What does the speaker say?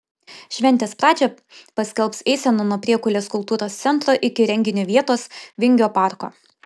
šventės pradžią paskelbs eisena nuo priekulės kultūros centro iki renginio vietos vingio parko